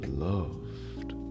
loved